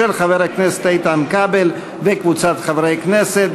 של חבר הכנסת איתן כבל וקבוצת חברי הכנסת.